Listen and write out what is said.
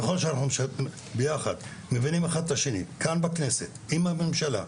ככל שאנחנו ביחד מבינים אחד את השני כאן בכנסת עם הממשלה,